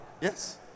Yes